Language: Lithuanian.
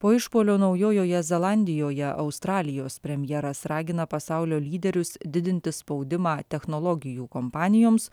po išpuolio naujojoje zelandijoje australijos premjeras ragina pasaulio lyderius didinti spaudimą technologijų kompanijoms